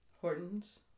Hortons